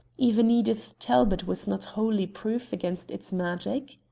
even edith talbot was not wholly proof against its magic.